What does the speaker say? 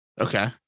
Okay